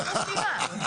הייתי משלימה.